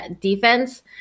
defense